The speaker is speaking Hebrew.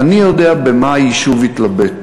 אני יודע במה היישוב התלבט.